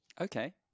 Okay